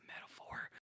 metaphor